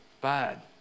bad